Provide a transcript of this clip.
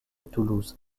toulouse